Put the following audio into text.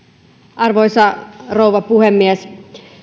arvoisa rouva puhemies